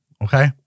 Okay